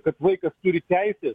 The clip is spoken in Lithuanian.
kad vaikas turi teisę